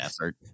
effort